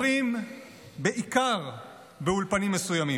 אומרים בעיקר באולפנים מסוימים.